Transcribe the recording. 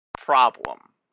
problem